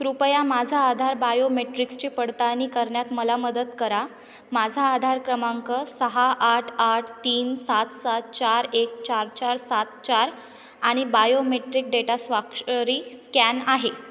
कृपया माझा आधार बायोमेट्रिक्सची पडताळणी करण्यात मला मदत करा माझा आधार क्रमांक सहा आठ आठ तीन सात सात चार एक चार चार सात चार आणि बायोमेट्रिक डेटा स्वाक्षरी स्कॅन आहे